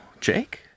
Jake